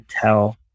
tell